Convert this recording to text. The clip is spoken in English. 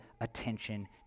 attention